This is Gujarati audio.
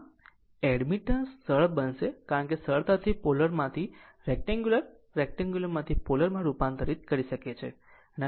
આમ એડમિટન્સ સરળ બનશે કારણ કે સરળતાથી પોલર માંથી રેકતાન્ગલ રેકતાન્ગલ માંથી પોલરમાં રૂપાંતરિત થઈ શકે છે